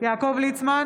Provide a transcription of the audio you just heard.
יעקב ליצמן,